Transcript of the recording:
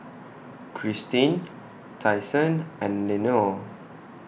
Kristine Tyson and Lenore